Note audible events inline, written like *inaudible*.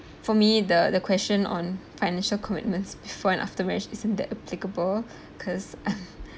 for me the the question on financial commitments for an after marriage isn't the applicable because *laughs*